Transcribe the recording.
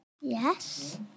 Yes